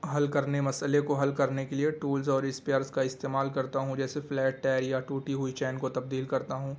حل کرنے مسئلے کو حل کرنے کے لیے ٹولز اور اسپیئرز کا استعمال کرتا ہوں جیسے فلیٹ ٹائر یا ٹوٹی ہوئی چین کو تبدیل کرتا ہوں